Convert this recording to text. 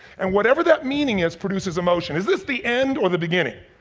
and whatever that meaning is, produces emotion. is this the end or the beginning?